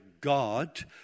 God